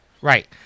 Right